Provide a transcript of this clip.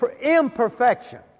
imperfection